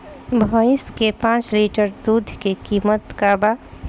भईस के पांच लीटर दुध के कीमत का बा?